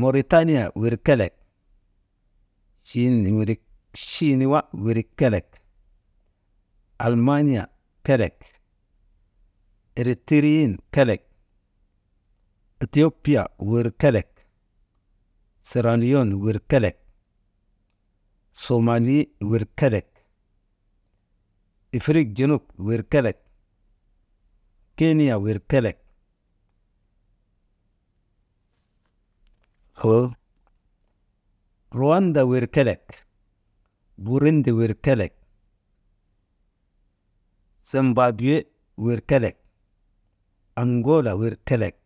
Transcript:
muritaniya wir kelek,«hesitation» chiniwa wirik kelek, almaaniya kelek, iritiriyin kelek, itopiya wir kelek, seralion wir kelek somali wir kelek, ifirik junup wir kelek, kiiniya wir kelek,«hesitation» howanda wir kelek, burindi wir kelek, zenbaabuwe wir kelek, aŋoola wir kelek.